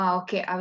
okay